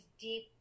deep